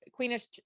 Queenish